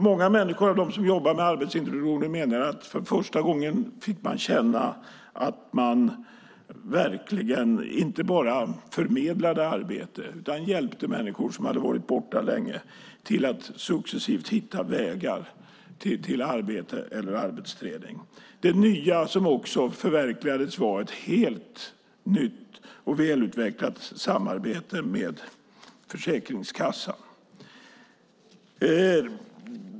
Många av dem som jobbar med arbetsintroduktionen menar att de för första gången fått känna att de verkligen inte bara förmedlat arbete utan också hjälpt människor som länge varit borta från arbetet till att successivt hitta vägar till arbete eller arbetsträning. Det nya som också förverkligades var ett helt nytt och ett välutvecklat samarbete med Försäkringskassan.